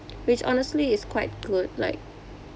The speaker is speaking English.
which honestly is quite good like